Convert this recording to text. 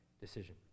decision